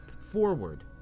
forward